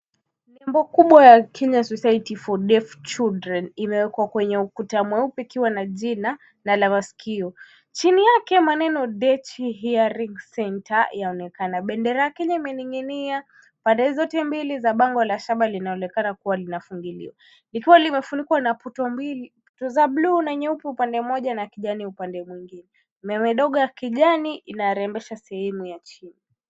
Bango kubwa la Kenya society for deaf children imewekwa kwenye ukuta mweupe likiwa na jina na alama la sikio. Chini yake maneno deaf hearing center yaonekana bendera yake na yamening'inia pande zote mbili za bango la shaba linaonekana kuwa linafunikwa. Kifua limefunikwa na futu mbili, za bluu na nyeupe upande mmoja na kijani upande mwingine. Maua dogo la kijani linarembesha sehemu ya chini.